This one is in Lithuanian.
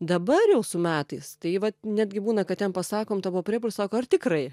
dabar jau su metais tai vat netgi būna kad jam pasakom tau bu priepuolis sako ar tikrai